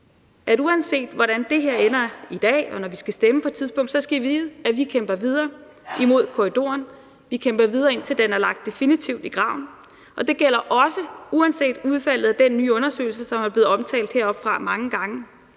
uanset hvordan det her ender i dag, og når vi skal stemme på et tidspunkt, skal I vide, at vi kæmper videre imod korridoren. Vi kæmper videre, indtil den er lagt definitivt i graven, og det gælder også uanset udfaldet af den nye undersøgelse, som er blevet omtalt heroppefra mange gange.